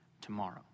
tomorrow